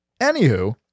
Anywho